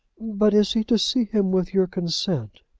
but is he to see him with your consent?